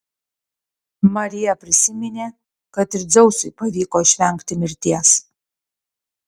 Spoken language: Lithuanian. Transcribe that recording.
marija prisiminė kad ir dzeusui pavyko išvengti mirties